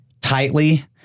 tightly